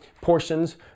portions